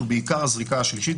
ובעיקר הזריקה השלישית,